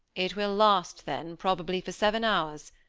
it will last, then, probably for seven hours.